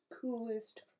coolest